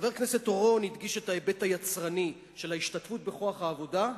חבר הכנסת אורון הדגיש את ההיבט היצרני של ההשתתפות בכוח העבודה,